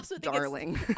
darling